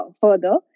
further